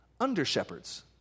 under-shepherds